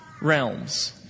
realms